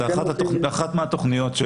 זו אחת התכניות,